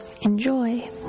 enjoy